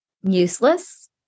useless